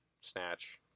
snatch